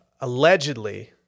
allegedly